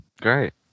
Great